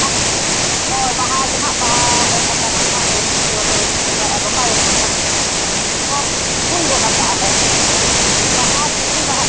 ᱦᱳᱭ ᱦᱳᱭ ᱵᱟᱦᱟ ᱜᱮ ᱦᱟᱸᱜ ᱵᱟᱦᱟ ᱜᱚᱫ ᱟᱠᱟᱱᱟ ᱦᱟᱸᱜ ᱡᱚ ᱫᱚ ᱟᱹᱣᱨᱤ ᱥᱟᱵᱟᱭ ᱟᱫᱚ ᱛᱟᱭᱚᱢ ᱦᱩᱭ ᱜᱚᱫ ᱠᱟᱜᱼᱟ ᱞᱮ ᱵᱟᱦᱟ ᱥᱟᱹᱨᱫᱤ ᱵᱟᱦᱟᱜ ᱠᱟᱱᱟ